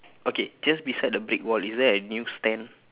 okay just beside the brick wall is there a news stand